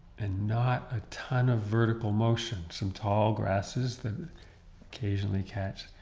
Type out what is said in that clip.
and not a ton of vertical motion, some tall grasses that occasionally catch.